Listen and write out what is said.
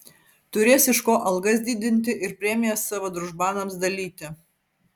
turės iš ko algas didinti ir premijas savo družbanams dalyti